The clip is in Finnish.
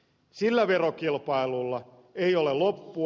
sillä verokilpailulla ei ole loppua